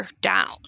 down